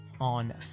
on